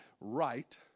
right